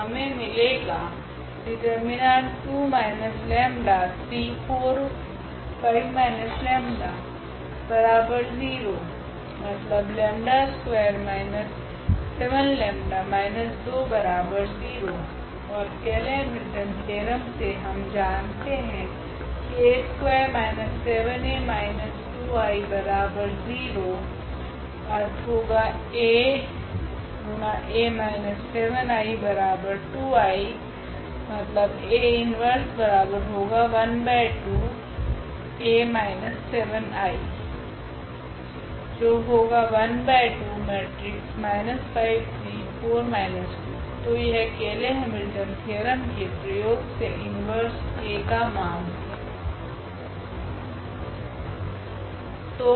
तो हमे मिलेगा ओर केयले हैमिल्टन थेओरेम से हम जानते है की तो यह केयले हैमिल्टन थेओरेम के प्रयोग से इनवर्स A का मान है